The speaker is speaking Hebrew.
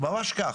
ממש כך.